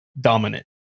dominant